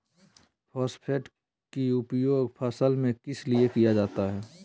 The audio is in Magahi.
फॉस्फेट की उपयोग फसल में किस लिए किया जाता है?